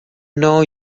know